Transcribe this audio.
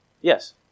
Yes